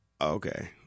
Okay